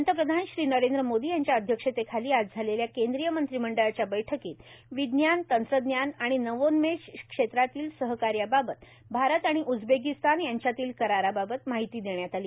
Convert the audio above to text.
पंतप्रधान नरेंद्र मोदी यांच्या अध्यक्षतेखाली आज झालेल्या केंद्रीय मंत्रिमंडळाच्या बैठकीत विज्ञान तंत्रज्ञान आणि नवोन्मेष क्षेत्रातील सहकार्याबाबत भारत आणि उझबेकिस्तान यांच्यातील कराराबाबत माहिती देण्यात आली